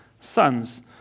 sons